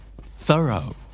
Thorough